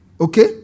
Okay